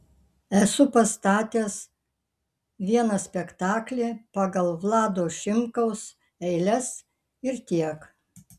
esu pastatęs vieną spektaklį pagal vlado šimkaus eiles ir tiek